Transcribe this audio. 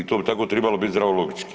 I to bi tako tribalo biti zdravo logički.